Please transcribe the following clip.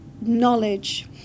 knowledge